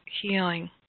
healing